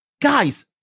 Guys